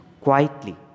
quietly